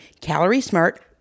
calorie-smart